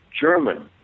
German